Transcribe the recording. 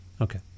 Okay